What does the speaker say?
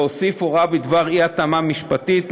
להוסיף הוראה בדבר אי-התאמה משפטית,